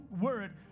word